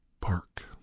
Park